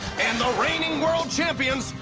and the reigning world champions,